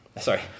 sorry